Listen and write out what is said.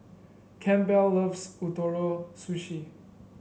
Campbell loves Ootoro Sushi